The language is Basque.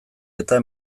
eta